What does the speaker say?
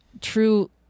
true